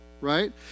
right